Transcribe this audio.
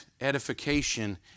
edification